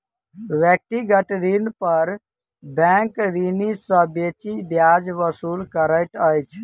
व्यक्तिगत ऋण पर बैंक ऋणी सॅ बेसी ब्याज वसूल करैत अछि